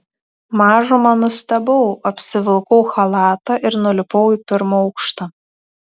mažumą nustebau apsivilkau chalatą ir nulipau į pirmą aukštą